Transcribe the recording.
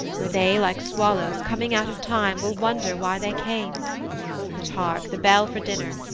where they like swallows coming out of time will wonder why they came but hark the bell for dinner,